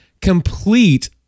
Complete